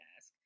ask